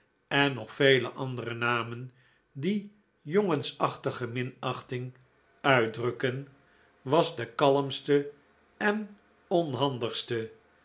en nog vele andere namen die jongensachtige oaoo do dodo minachting uitdrukken was de kalmste de onhandigste